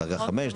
דרגה 5,